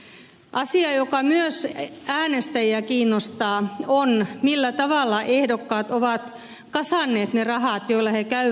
asia joka myös äänestäjiä kiinnostaa on millä tavalla ehdokkaat ovat kasanneet ne rahat joilla he käyvät vaaleja